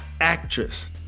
actress